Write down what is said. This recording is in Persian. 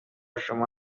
شما